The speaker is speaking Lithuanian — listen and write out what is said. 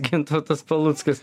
gintautas paluckas